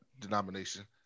denomination